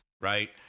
right